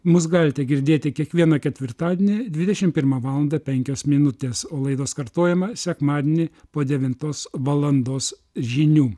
mus galite girdėti kiekvieną ketvirtadienį dvidešim pirmą valandą penkios minutės o laidos kartojimą sekmadienį po devintos valandos žinių